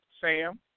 Sam